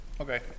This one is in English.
Okay